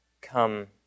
come